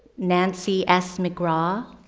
nancie s. mcgraw,